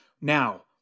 Now